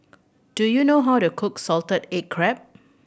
do you know how to cook salted egg crab